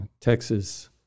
Texas